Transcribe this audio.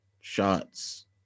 shots